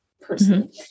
person